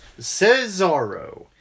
Cesaro